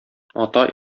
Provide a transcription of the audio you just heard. ата